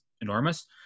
enormous